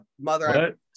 mother